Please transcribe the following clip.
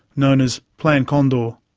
known as plan condor.